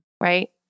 Right